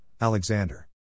Alexander